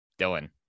Dylan